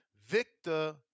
Victor